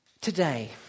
today